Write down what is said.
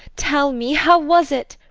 tell me. how was it!